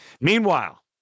Meanwhile